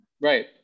Right